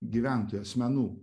gyventojų asmenų